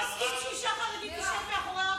אתה תסכים שאישה חרדית תשב באחורי האוטובוס?